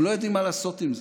הם לא יודעים מה לעשות עם זה.